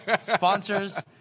sponsors